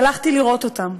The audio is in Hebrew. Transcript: הלכתי לראות אותם.